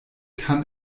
kann